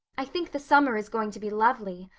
i think the summer is going to be lovely.